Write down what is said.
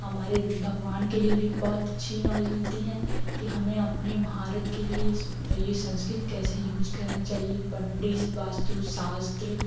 हमारे भगवान के लिए भी बहुत अच्छी नॉलेज मिलती है की हमें अपने भारत के लिए यह यह संस्कृत कैसे यूज करना चाहिए पंडित वास्तुशास्त्र